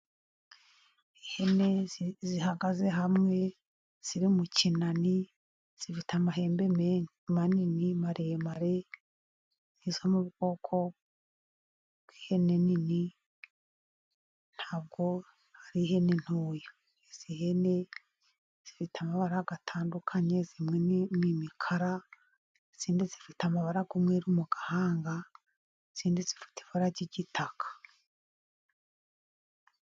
Ihene zihagaze hamwe ziri mu kinani, zifite amahembe manini maremare. Ni izo mu bwoko bw'ihene nini ntabwo ari ihene ntoya. Izi hene zifite amabara atandukanye. Zimwe ni imikara, izindi zifite amabara y' umwe mu gahanga, izindi zifite ibara ry' igitaka.